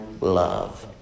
love